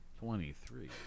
Twenty-three